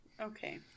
okay